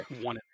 One